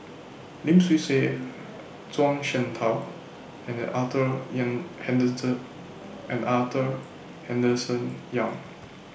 Lim Swee Say Zhuang Shengtao and Arthur Young Henderson and Arthur Henderson Young